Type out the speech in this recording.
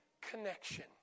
connection